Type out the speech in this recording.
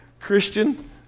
christian